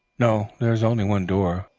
no, there is only one door.